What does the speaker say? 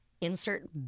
insert